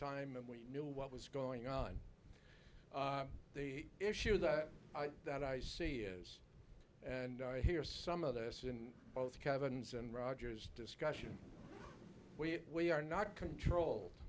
time and we knew what was going on the issue that i that i see is and i hear some of this in both cabins and rogers discussion where we are not controlled